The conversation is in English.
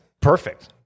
Perfect